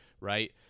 Right